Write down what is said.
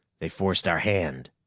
they forced our hand,